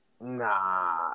Nah